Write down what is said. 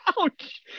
Ouch